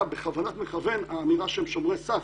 בכוונת מכוון האמירה שהם שומרי סף.